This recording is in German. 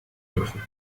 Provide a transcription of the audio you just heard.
dürfen